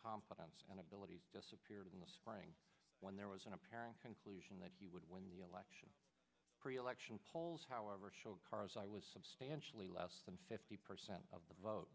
s and abilities disappeared in the spring when there was an apparent conclusion that he would win the election pre election polls however show cars i was substantially less than fifty percent of the vote